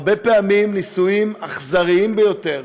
הרבה פעמים ניסויים אכזריים ביותר,